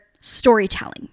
storytelling